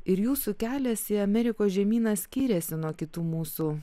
ir jūsų kelias į amerikos žemyną skyrėsi nuo kitų mūsų